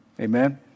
Amen